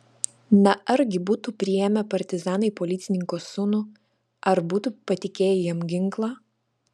na argi būtų priėmę partizanai policininko sūnų ar būtų patikėję jam ginklą